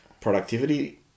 productivity